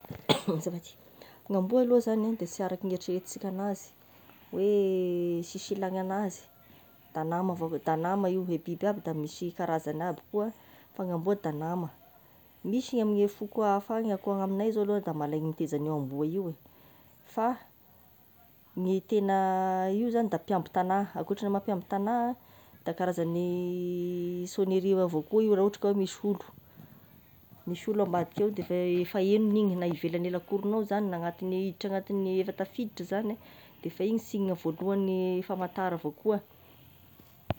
Azafady gn'amboa aloha zagny de sy araka ny heritreretitsika anazy, oe sisy ilagna anazy da nama avao- da nama io de biby aby da misy karazany aby koa fa gn'amboa da gnama, misy gn'amne foko hafa agny akoa agny amignay zao da malainy mitaiza agn'io amboa io e fa ny tena io zany de mpiamby tagna, ankoatry ny maha mpiamby tagna dia karazagny sonnerie avy koa io rah ohatry ka oa misy olo misy olo ambadika ao de efa efa henony igny efa na ivelane lakoronao zany na agnatiny na hiditry agnatiny na efa tafiditry zany a, dia efa iny signe voalohany famantaragna avy akoa.